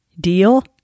Deal